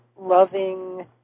loving